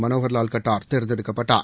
மனோகர் லால் கட்டார் தேர்ந்தெடுக்கப்பட்டார்